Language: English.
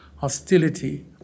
Hostility